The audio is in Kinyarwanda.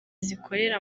zikorera